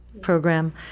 program